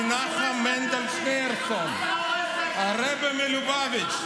יש עוד רבי, מנחם מנדל שניאורסון, הרבי מלובביץ'.